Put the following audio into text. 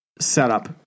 setup